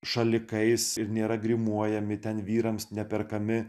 šalikais ir nėra grimuojami ten vyrams ne perkami